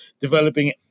developing